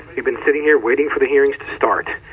you've been sitting here waiting for the hearings to start.